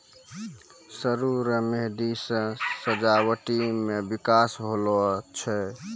सरु रो मेंहदी से सजावटी मे बिकास होलो छै